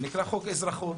שנקרא חוק האזרחות,